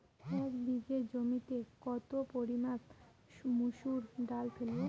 এক বিঘে জমিতে কত পরিমান মুসুর ডাল ফেলবো?